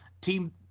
Team